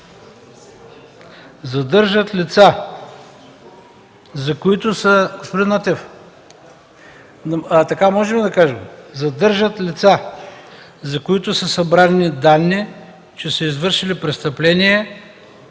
„задържат лица, за които са събрани данни, че са извършили престъпления